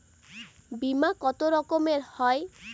বিমা কত রকমের হয়?